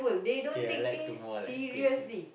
kay I like to more like playful